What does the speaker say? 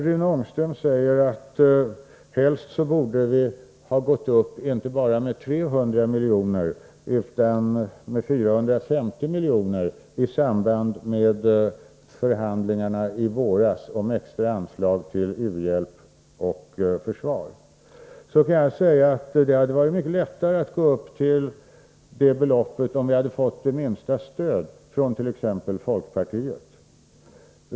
Rune Ångström säger att vi helst borde ha gått upp med inte bara 300 milj.kr. utan 450 milj.kr. i samband med förhandlingarna i våras om extra anslag till u-hjälp och försvar. Det hade varit mycket lättare att gå upp med detta belopp om vi hade fått det minsta stöd från t.ex. folkpartiet.